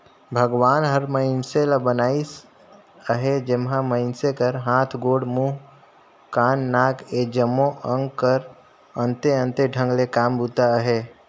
भगवान हर मइनसे ल बनाइस अहे जेम्हा मइनसे कर हाथ, गोड़, मुंह, कान, नाक ए जम्मो अग कर अन्ते अन्ते ढंग ले काम बूता अहे